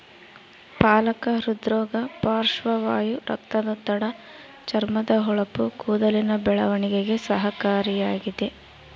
ಪಾಲಕ ಹೃದ್ರೋಗ ಪಾರ್ಶ್ವವಾಯು ರಕ್ತದೊತ್ತಡ ಚರ್ಮದ ಹೊಳಪು ಕೂದಲಿನ ಬೆಳವಣಿಗೆಗೆ ಸಹಕಾರಿ ಇದ